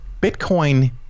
Bitcoin